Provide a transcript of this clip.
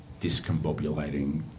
discombobulating